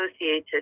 associated